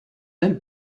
ailes